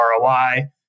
ROI